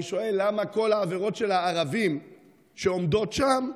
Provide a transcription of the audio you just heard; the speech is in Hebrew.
אני שואל: למה כל העבירות של הערבים שעומדות שם,